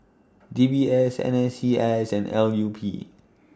D B S N S C S and L U P